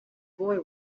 boy